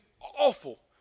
awful